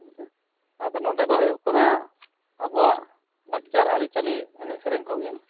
ᱦᱮᱸ ᱥᱮ ᱟᱫᱚ ᱱᱚᱸᱰᱮ ᱫᱚ ᱦᱩᱭᱩᱜ ᱠᱟᱱᱟ ᱟᱵᱚᱣᱟᱜ ᱞᱟᱠᱪᱟᱨ ᱟᱹᱨᱤ ᱪᱟᱹᱞᱤ ᱪᱮᱱᱮᱡ ᱥᱮᱨᱮᱧ ᱠᱚᱜᱮ